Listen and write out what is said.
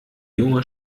junge